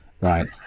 right